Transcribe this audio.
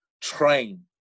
train